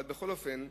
בכל אופן,